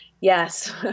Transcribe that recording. yes